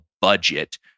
budget